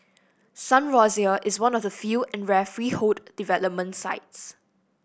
Sun Rosier is one of the few and rare freehold development sites